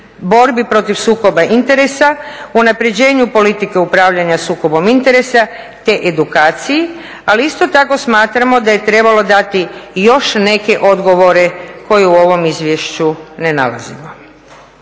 borbi protiv sukoba interesa, unapređenju politike upravljanja sukobom interesa te edukaciji. Ali isto tako smatramo da je trebalo dati još neke odgovore koje u ovom izvješću ne nalazimo.